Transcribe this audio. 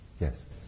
Yes